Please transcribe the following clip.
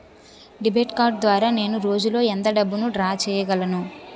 Debit card ద్వారా నేను రోజు లో ఎంత డబ్బును డ్రా చేయగలను?